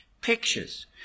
Pictures